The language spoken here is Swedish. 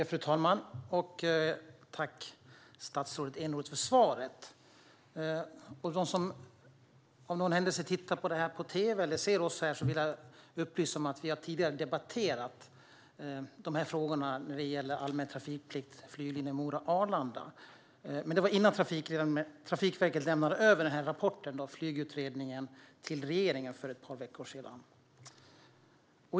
Fru talman! Tack, statsrådet Eneroth, för svaret! Jag vill upplysa dem som av någon händelse tittar på detta på tv eller ser oss på något annat sätt om att vi tidigare har debatterat dessa frågor när det gäller allmän trafikplikt på flyglinjen Mora-Arlanda. Men det var innan Trafikverket lämnade över rapporten med flygutredningen till regeringen för några veckor sedan.